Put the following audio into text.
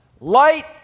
light